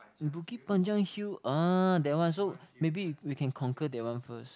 the Bukit-Panjang hill ah that one so maybe we can conquer that one first